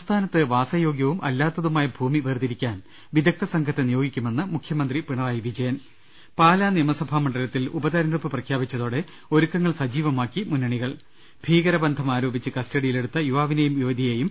സംസ്ഥാനത്ത് വാസയോഗ്യവും അല്ലാത്തതുമായ ഭൂമി വേർതിരിക്കാൻ വിദ ഗ്ദ്ധസംഘത്തെ നിയോഗിക്കുമെന്ന് മുഖ്യമന്ത്രി പിണ്റായി വിജയൻ പാലാ നിയമസഭാ മണ്ഡലത്തിൽ ഉപതെരഞ്ഞെടുപ്പ് പ്രഖ്യാപിച്ചതോടെ ഒരു ക്കങ്ങൾ സജീവമാക്കി മുന്നണികൾ ഭീകര ബന്ധം ആരോപിച്ച് കസ്റ്റഡിയിലെടുത്ത യുവാവിനെയും യുവതിയെയും